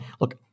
look